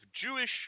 Jewish